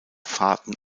fahrten